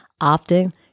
often